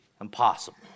impossible